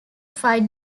fight